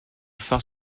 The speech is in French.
phare